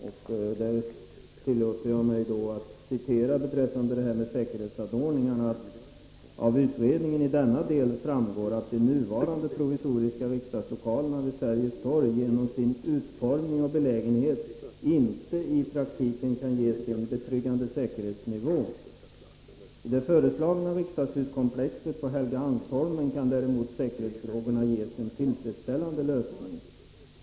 Jag tillåter mig att citera vad som står i detta betänkande beträffande säkerhetsanordningarna: ”Av utredningen i denna del framgår, att de nuvarande provisoriska riksdagslokalerna vid Sergels torg genom sin utformning och belägenhet inte i praktiken kan ges en betryggande säkerhetsnivå. I det föreslagna riksdagshuskomplexet på Helgeandsholmen kan däremot säkerhetsfrågorna ges en tillfredsställande lösning.